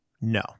No